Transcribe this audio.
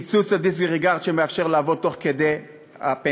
קיצוץ ה-disregard, שמאפשר לעבוד תוך כדי הפנסיה,